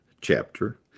chapter